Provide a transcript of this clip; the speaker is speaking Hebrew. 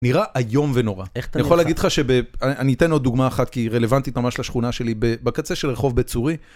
נראה היום ונורא. אני יכול להגיד לך שאני אתן עוד דוגמא אחת, כי היא רלוונטית ממש לשכונה שלי, בקצה של רחוב בית צורי.